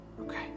Okay